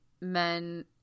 men